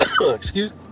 Excuse